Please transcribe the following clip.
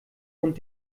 und